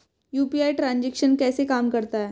UPI transaction कैसे काम करता है?